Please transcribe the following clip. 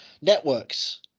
networks